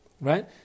right